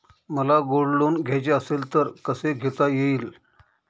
मला gold loan घ्यायचे असेल तर कसे घेता येईल?